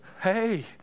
Hey